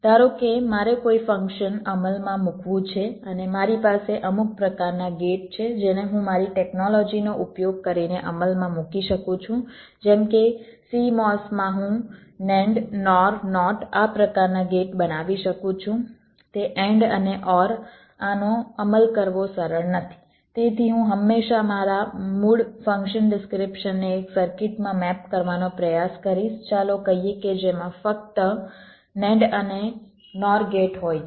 ધારો કે મારે કોઈ ફંક્શન અમલમાં મૂકવું છે અને મારી પાસે અમુક પ્રકારના ગેટ છે જેને હું મારી ટેકનોલોજીનો ઉપયોગ કરીને અમલમાં મૂકી શકું છું જેમ કે CMOS માં હું NAND NOR NOT આ પ્રકારના ગેટ બનાવી શકું છું તે AND અને OR આનો અમલ કરવો સરળ નથી તેથી હું હંમેશા મારા મૂળ ફંક્શન ડિસ્ક્રીપ્શનને એક સર્કિટમાં મેપ કરવાનો પ્રયાસ કરીશ ચાલો કહીએ જેમાં ફક્ત NAND અને NOR ગેટ હોય છે